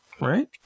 Right